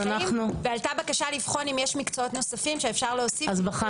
מוצלחת שהבאנו זה הפומו קומרינים.